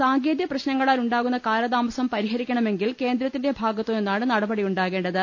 സാങ്കേതിക പ്രശ്നങ്ങളാൽ ഉണ്ടാകുന്ന കാലതാമസം പരി ഹരിക്കണമെങ്കിൽ കേന്ദ്രത്തിന്റെ ഭാഗത്തു നിന്നാണ് നടപടിയു ണ്ടാകേണ്ടത്